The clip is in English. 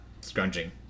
scrunching